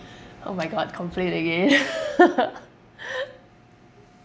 oh my god complaint again